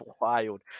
wild